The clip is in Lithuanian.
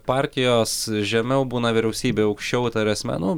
partijos žemiau būna vyriausybė aukščiau tai yra asmenų